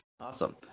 Awesome